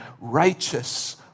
righteous